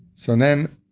so and then,